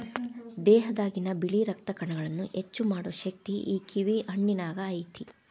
ದೇಹದಾಗಿನ ಬಿಳಿ ರಕ್ತ ಕಣಗಳನ್ನಾ ಹೆಚ್ಚು ಮಾಡು ಶಕ್ತಿ ಈ ಕಿವಿ ಹಣ್ಣಿನ್ಯಾಗ ಐತಿ